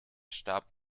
stab